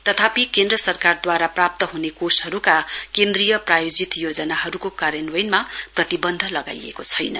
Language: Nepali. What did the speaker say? तथापनि केन्द्र सरकारद्वारा प्राप्त हने कोषहरूका केन्द्रीय प्रायोजित योजनाहरूको कार्यान्वयनमा प्रतिबन्ध लगाइएको छैन